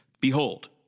Behold